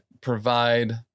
provide